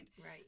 Right